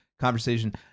conversation